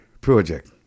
project